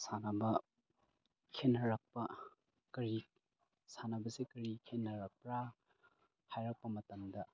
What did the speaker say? ꯁꯥꯟꯅꯕ ꯈꯦꯅꯔꯛꯄ ꯀꯔꯤ ꯁꯥꯟꯅꯕꯁꯦ ꯀꯔꯤ ꯈꯦꯅꯔꯛꯄ꯭ꯔꯥ ꯍꯥꯏꯔꯛꯄ ꯃꯇꯝꯗ